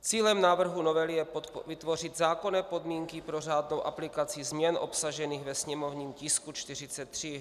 Cílem návrhu novely je vytvořit zákonné podmínky pro řádnou aplikaci změn obsažených ve sněmovním tisku 43.